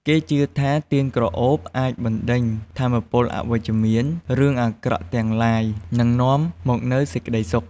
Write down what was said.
គេជឿថា ទៀនក្រអូបអាចបណ្ដេញថាមពលអវិជ្ជមាន រឿងអាក្រក់ទាំងឡាយ និងនាំមកនូវសេចក្តីសុខ។